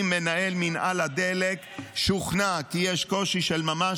אם מנהל מינהל הדלק שוכנע כי יש קושי של ממש